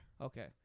Okay